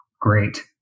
great